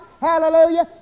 Hallelujah